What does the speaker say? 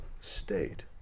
state